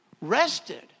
rested